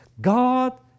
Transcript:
God